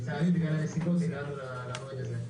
לצערי, בגלל הנסיבות, הגענו למועד הזה.